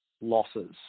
losses